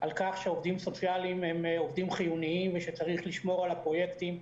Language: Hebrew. על כך שעובדים סוציאליים הם עובדים חיוניים ושצריך לשמור על הפרויקטים,